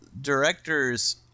Directors